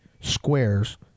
squares